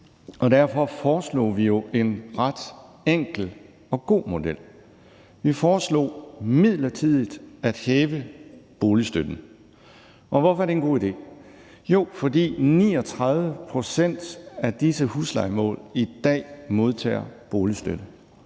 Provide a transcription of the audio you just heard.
derfor foreslog vi jo en ret enkel og god model. Vi foreslog midlertidigt at hæve boligstøtten. Og hvorfor er det en god idé? Jo, fordi 39 pct. af disse lejemål i dag modtager boligstøtte.